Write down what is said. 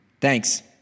Thanks